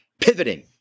pivoting